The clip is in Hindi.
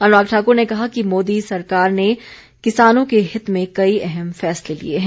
अनुराग ठाकुर ने कहा कि मोदी सरकार ने किसानों के हित में कई अहम फैसले लिए हैं